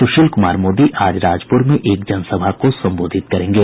सुशील कुमार मोदी आज राजपुर में एक जनसभा को संबोधित करेंगे